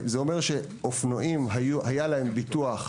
אומר שאופנועים היה להם ביטוח,